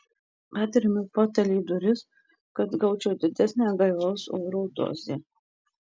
atremiu fotelį į duris kad gaučiau didesnę gaivaus oro dozę